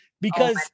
because-